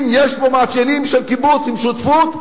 אם יש בו מאפיינים של קיבוץ עם שותפות,